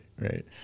right